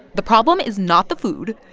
the problem is not the food.